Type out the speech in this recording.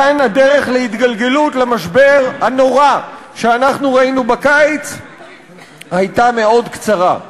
מכאן הדרך להתגלגלות למשבר הנורא שאנחנו ראינו בקיץ הייתה מאוד קצרה.